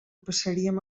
passaríem